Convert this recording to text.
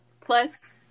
plus